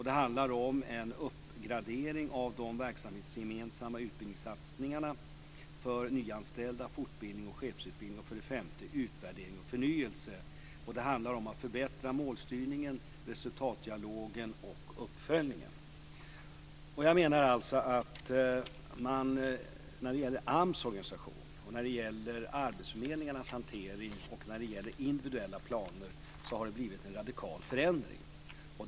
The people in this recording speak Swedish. Det handlar om en uppgradering av de verksamhetsgemensamma utbildningssatsningarna för nyanställda, fortbildning och chefsutbildning. För det femte handlar det om utvärdering och förnyelse. Det gäller att förbättra målstyrningen, resultatdialogen och uppföljningen. När det gäller AMS organisation, arbetsförmedlingarnas hantering och individuella planer har det blivit en radikal förändring, menar jag.